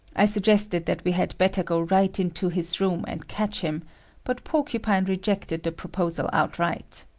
i suggested that we had better go right into his room and catch him but porcupine rejected the proposal outright.